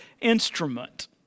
instrument